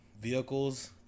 vehicles